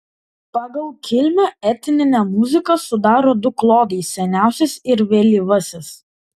pagal kilmę etninę muziką sudaro du klodai seniausias ir vėlyvasis